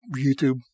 youtube